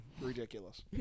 ridiculous